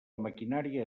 maquinària